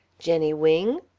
jenny wing?